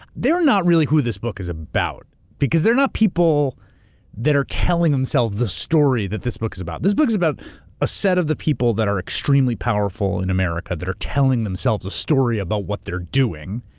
they're not really who this book is about because they're not people that are telling themselves the story that this book is about. this book is about a set of the people that are extremely powerful in america that are telling themselves a story about what they're doing,